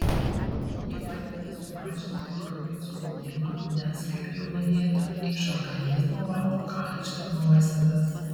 ji padeda sumažinti kraujo spaudimą nes kaip jau minėta iš organizmo valo kalcio nuosėdas